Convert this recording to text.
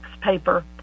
paper